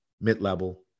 mid-level